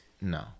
No